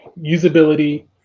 Usability